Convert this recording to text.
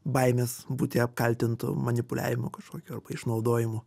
baimės būti apkaltintu manipuliavimu kažkokiu išnaudojimu